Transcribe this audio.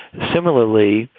similarly,